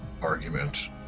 argument